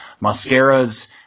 Mascara's